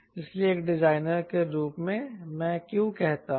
इसलिए एक डिजाइनर के रूप में मैं क्यों कहता हूं